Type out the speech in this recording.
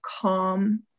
calm